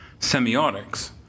semiotics